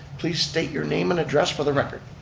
please state your name and address for the record.